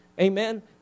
amen